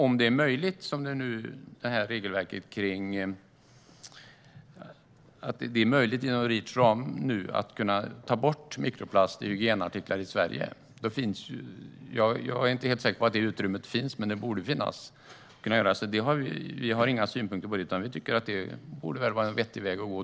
Om det enligt regelverket är möjligt att inom ramen för Reach ta bort mikroplaster i hygienartiklar i Sverige - jag är inte helt säker på att detta utrymme finns, men det borde finnas - har vi inga synpunkter på det utan tycker att det borde vara en vettig väg att gå.